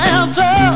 answer